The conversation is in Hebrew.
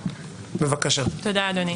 תודה, אדוני.